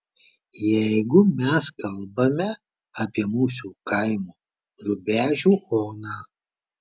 jeigu mes kalbame apie mūsų kaimo rubežių oną